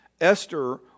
Esther